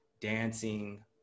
dancing